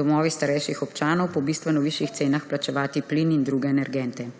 domovi starejših občanov po bistveno višjih cenah plačevati plin in druge energente.